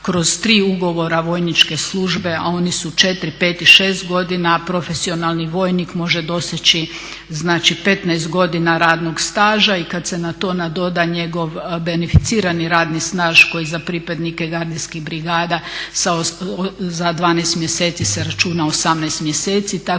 kroz tri ugovora vojničke službe, a oni su 4, 5 i 6 godina, profesionalni vojnik može doseći znači 15 godina radnog staža i kad se na to nadoda njegov beneficirani radni staž koji za pripadnike gardijskih brigada za 12 mjeseci se računa 18 mjeseci